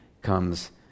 comes